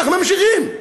וכך ממשיכים,